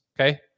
Okay